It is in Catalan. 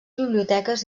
biblioteques